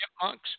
chipmunks